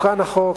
תוקן החוק,